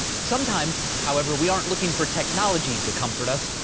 sometimes, however, we aren't looking for technology to comfort us.